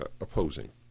opposing